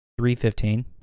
315